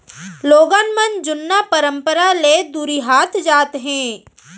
लोगन मन जुन्ना परंपरा ले दुरिहात जात हें